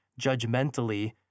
judgmentally